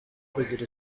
kugira